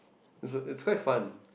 it's it's quite fun